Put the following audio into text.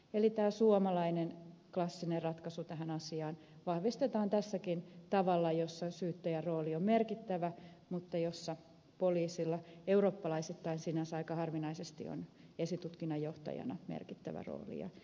eli tämä suomalainen klassinen ratkaisu tähän asiaan vahvistetaan tässäkin tavalla jossa syyttäjän rooli on merkittävä mutta jossa poliisilla eurooppalaisittain sinänsä aika harvinaisesti on esitutkinnan johtajana merkittävä rooli